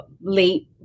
late